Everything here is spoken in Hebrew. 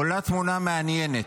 עולה תמונה מעניינת.